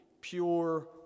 pure